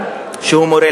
שכולים,